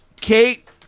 Kate